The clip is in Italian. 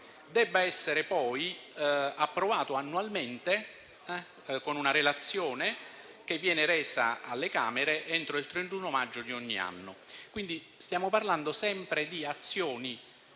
debba poi essere approvato annualmente, con una relazione che viene resa alle camere entro il 31 maggio di ogni anno. Stiamo dunque parlando sempre di azioni